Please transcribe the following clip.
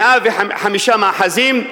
105 מאחזים,